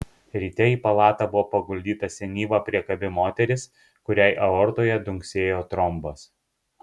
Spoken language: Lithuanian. ryte į palatą buvo paguldyta senyva priekabi moteris kuriai aortoje dunksėjo trombas